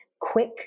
quick